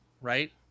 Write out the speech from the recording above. right